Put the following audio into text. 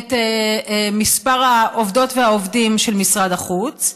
את מספר העובדות והעובדים של משרד החוץ,